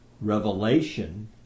revelation